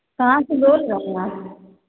कहाँ से बोल रहे हैं आप